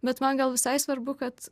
bet man gal visai svarbu kad